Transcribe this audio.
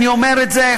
אני אומר את זה,